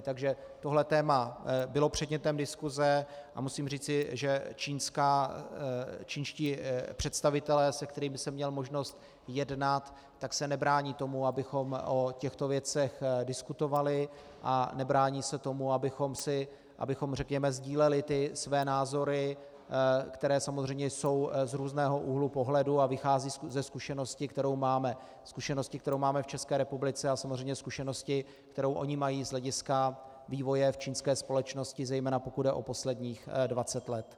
Takže tohle téma bylo předmětem diskuse a musím říci, že čínští představitelé, se kterými jsem měl možnost jednat, se nebrání tomu, abychom o těchto věcech diskutovali, a nebrání se tomu, abychom sdíleli své názory, které jsou samozřejmě z různého úhlu pohledu a vycházejí ze zkušenosti, kterou máme, zkušenosti, kterou máme v České republice, a samozřejmě zkušenosti, kterou oni mají z hlediska vývoje čínské společnosti, zejména pokud jde o posledních dvacet let.